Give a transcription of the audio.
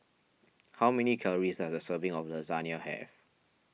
how many calories does a serving of Lasagne have